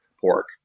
pork